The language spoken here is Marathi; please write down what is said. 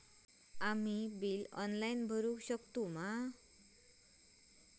आम्ही बिल ऑनलाइन भरुक शकतू मा?